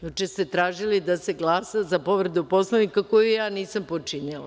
Juče ste tražili da se glasa za povredu Poslovnika, koju nisam počinila.